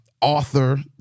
Author